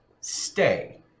stay